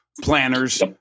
planners